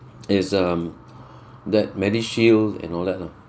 is um that medishield and all that lah